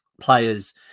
players